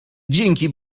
dzięki